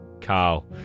Carl